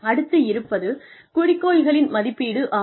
அடுத்து இருப்பது குறிக்கோள்களின் மதிப்பீடு ஆகும்